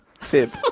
Fib